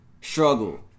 struggle